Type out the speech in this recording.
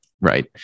Right